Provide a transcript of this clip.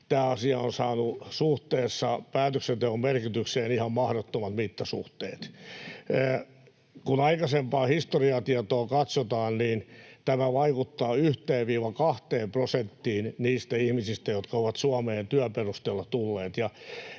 tämä asia on saanut suhteessa päätöksenteon merkitykseen ihan mahdottomat mittasuhteet. Kun aikaisempaa historiatietoa katsotaan, niin tämä vaikuttaa 1—2 prosenttiin niistä ihmisistä, jotka ovat Suomeen työn perusteella tulleet.